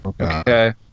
okay